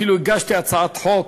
אפילו הגשתי הצעת חוק,